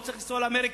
לא צריך לנסוע לאמריקה,